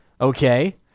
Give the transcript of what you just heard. okay